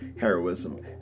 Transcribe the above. heroism